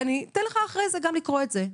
אתן לך אחרי זה גם לקרוא את זה,